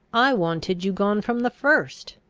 i wanted you gone from the first,